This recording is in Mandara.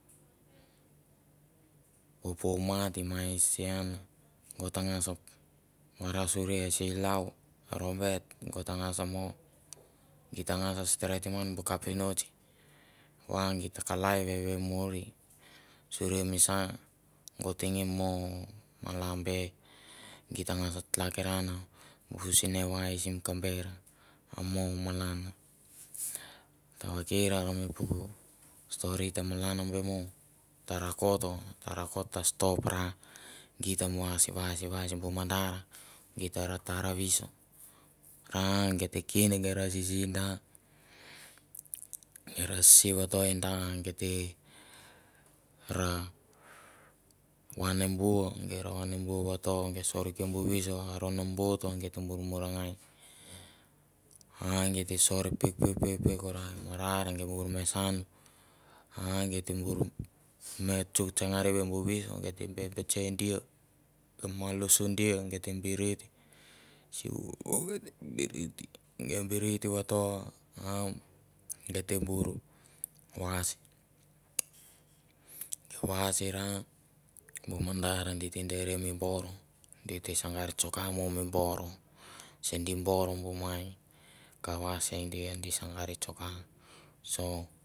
Ofamat ma e se an. go ta ngas varasuri e silau, robert nokot angas mo, geit ta ngas ra steretim ngn bu kapinots va gi kalai veve uer suri misa go teng mo mala be di ta ngas hakiran bu sinavai sim kamber a mo malan tavaker are mi puk stori ta malan be mo ta rakot ta stop ra git ta vais vais vais bu mandar git ta ra tara viso ra geit ta kin nge ra sisi i da nge ra si vato i da geit te ra vane bua gei ra vane buovate tsokia bu viso i aro mi bot va git bon morangai agei te sor peuk peuk peuk peuk peuk peukra i marar gei bor me saun a gei te bor me tsoktsang rivi bu viso, gei te bebetsae dia momolusia dia gei te birit nge birit vato, age di te siger tsoka mo bor se di bor bu mai kava se dia kava se dia di sigar tsoka so